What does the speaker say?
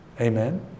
Amen